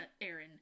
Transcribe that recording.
Aaron